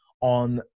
On